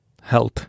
Health